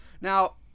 Now